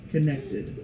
Connected